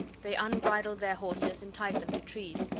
they unbridled their horses and tied them to trees.